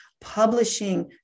publishing